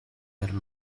per